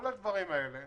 כל הדברים האלה,